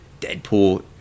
Deadpool